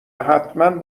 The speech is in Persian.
حتمن